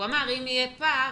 הוא אמר שאם יהיה פער,